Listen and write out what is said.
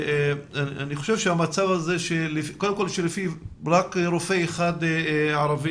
אני חושב שהמצב הזה קודם כל שלפיו יש רק רופא אחד ערבי,